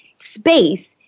Space